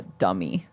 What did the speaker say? dummy